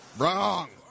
Wrong